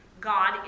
God